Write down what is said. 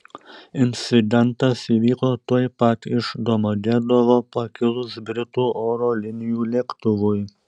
incidentas įvyko tuoj pat iš domodedovo pakilus britų oro linijų lėktuvui